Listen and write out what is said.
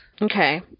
Okay